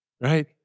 right